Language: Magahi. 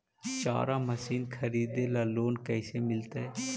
चारा मशिन खरीदे ल लोन कैसे मिलतै?